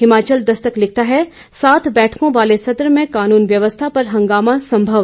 हिमाचल दस्तक लिखता है सात बैठकों वाले सत्र में कानून व्यवस्था पर हंगामा संभव